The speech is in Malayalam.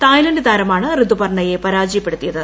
തായ്ലന്റ് താരമാണ് ഋതുപർണയെ പരാജയപ്പെടുത്തിയത്